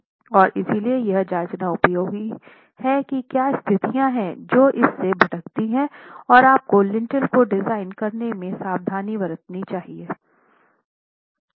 और इसलिए यह जाँचना उपयोगी है कि क्या स्थितियाँ हैं जो इससे भटकती हैं और आपको लिंटेल को डिज़ाइन करने में सावधानी वर्तनी चाहिए